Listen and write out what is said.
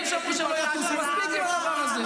המועדון, אבל זה מאחורינו.